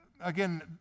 again